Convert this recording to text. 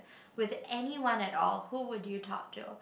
with anyone at all who would you talk to